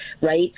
right